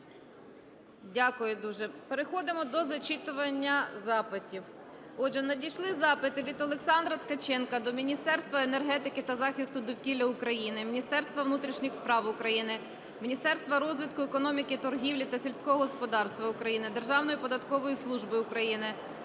Дякую дуже. Переходимо до зачитування запитів. Отже, надійшли запити. Від Олександра Ткаченка до Міністерства енергетики та захисту довкілля України, Міністерства внутрішніх справ України, Міністерства розвитку економіки, торгівлі та сільського господарства України, Державної податкової служби України